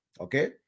Okay